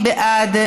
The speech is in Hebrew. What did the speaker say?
מי בעד?